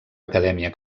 acadèmia